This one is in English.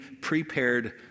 prepared